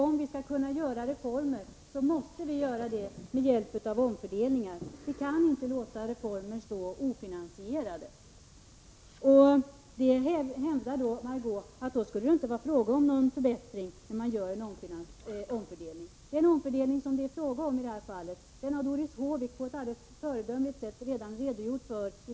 Om vi skall kunna genomföra reformer måste vi göra det med hjälp av omfördelningar. Vi kan inte låta reformer stå ofinansierade. Margö Ingvardsson hävdar då att det inte skulle vara fråga om någon förbättring om man gör en omfördelning. Den omfördelning som det i det här fallet rör sig om har Doris Håvik på ett alldeles föredömligt sätt redan redogjort för.